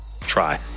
Try